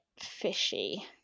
fishy